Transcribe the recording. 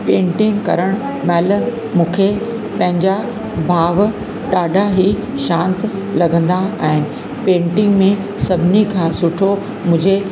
painting करणु महिल मूंखे पंहिंजा भाव ॾाढा ई शांती लॻंदा आहिनि पेंटिंग में सभिनी खां सुठो मूंखे